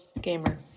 Gamer